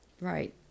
Right